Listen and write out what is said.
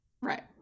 Right